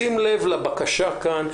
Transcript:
בשים לב לבקשה שמונחת לפנינו,